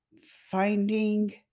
finding